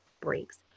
breaks